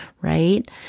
right